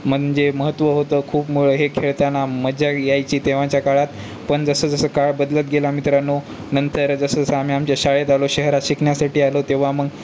म्हणजे महत्त्व होतं खूप मुळं हे खेळताना मज्जा यायची तेव्हाच्या काळातपण जसं जसं काळ बदलत गेला मित्रांनो नंतर जसं जसं आम्ही आमच्या शाळेत आलो शहरात शिकण्यासाठी आलो तेव्हा मग